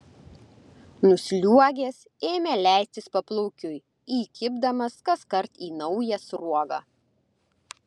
nusliuogęs ėmė leistis paplaukiui įkibdamas kaskart į naują sruogą